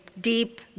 deep